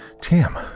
Tim